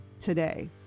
today